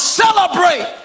celebrate